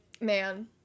man